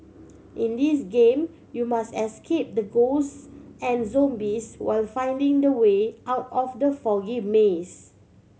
in this game you must escape the ghosts and zombies while finding the way out of the foggy maze